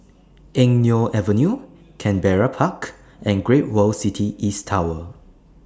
Eng Neo Avenue Canberra Park and Great World City East Tower